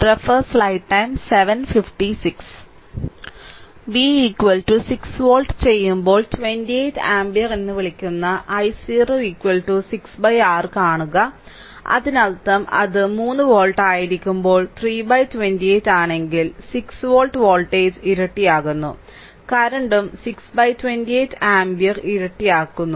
V 6 volt ചെയ്യുമ്പോൾ 28 ampere എന്ന് വിളിക്കുന്ന i0 6 r കാണുക അതിനർത്ഥം അത് 3 വോൾട്ട് ആയിരിക്കുമ്പോൾ 328 ആണെങ്കിൽ 6 വോൾട്ട് വോൾട്ടേജ് ഇരട്ടിയാകുന്നു കറന്റും 628 ആമ്പിയർ ഇരട്ടിയാക്കുന്നു